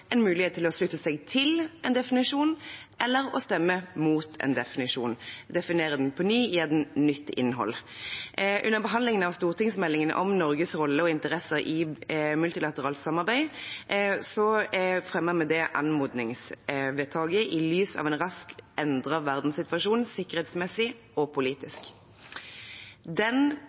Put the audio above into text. en mulighet til å slutte seg til en definisjon eller å stemme mot en definisjon – å definere den på ny, gi den nytt innhold. Under behandlingen av stortingsmeldingen om Norges rolle og interesser i multilateralt samarbeid fremmet vi det anmodningsvedtaket i lys av en raskt endret verdenssituasjon, sikkerhetsmessig og politisk. Den